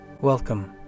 Welcome